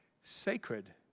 sacred